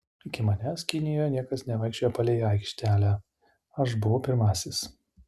iki manęs kinijoje niekas nevaikščiojo palei aikštelę aš buvau pirmasis